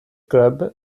club